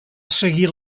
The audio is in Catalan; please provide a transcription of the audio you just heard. seguir